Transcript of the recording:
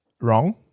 wrong